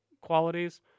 qualities